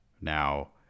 Now